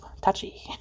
touchy